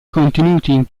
contenuti